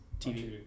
TV